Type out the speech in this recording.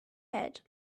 head